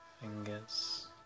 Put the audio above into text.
Fingers